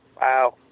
Wow